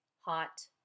hot